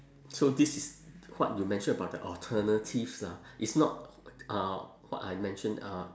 so this is what you mention about the alternatives lah it's not uh what I mentioned uh